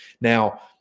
Now